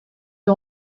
you